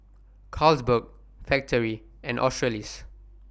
Carlsberg Factorie and Australis